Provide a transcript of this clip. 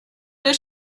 does